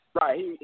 Right